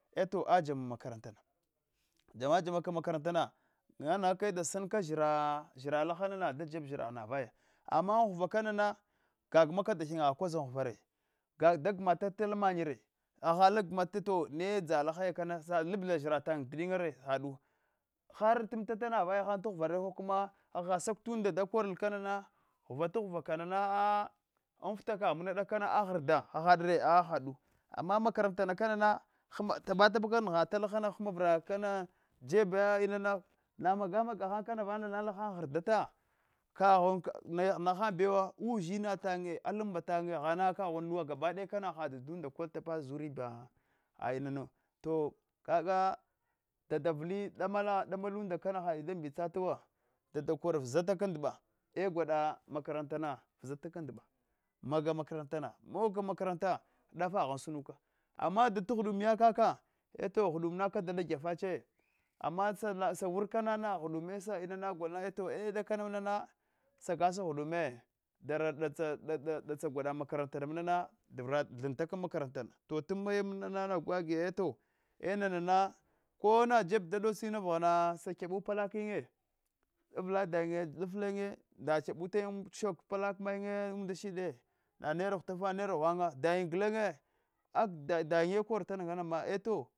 Eto adama makarantana jama jamaka makarantana anfita kaghmna dakana lalana da jeb zhiragh navaya ama anghva kanana gagomaka dahennya kidaza ghuva re da ginataka alan mannya re hahdil ala ginatata to ne dzalahaya kana labla zhira tchan didirin yara hadu har tamatata navaya tghuvara ko kuma hahd sakutanda kore kanana aa ghuva ta ghukka kanana a anfita kaghmna dakana an ghrda hadre hadu ama makarantana kanana hanma tapatapaka nghat lahana kanana hin vra kam jebe inang namaga maga han vana lahana ghrdata kaghun nah an bewa ushina hatahan tannye alan mbatanye ghana kaghuna luwa gabadaya kana habadunde kol tapa zuriba inanau to kaga dada vili damah damulanda hadi da mbitsatuwa dada kor vzataka ndba e gwadu mmakarantane ushafa kaka ndba maga makaranta mogke mekaranate dafeghan sunaka ama data ghudumiya kaka eto ghudumna kada alande ghyedafche ama sa wurkana na ghudume sa inana golna eto e dakana mna sagasa ghuduma dara datsa datsa gwada makara ntana mna vra thinta makaranta na to tumaya mnagina nagh agi eto inana kona dafeb dadots tina vaghana kyabu palak yin avla dayinya laflayinye na kyebuta yin aulkushah palak manyinye undashed na naira hutafa naira ghwanya dayin gulenye aga dayinye kortanama eto